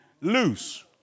loose